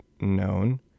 known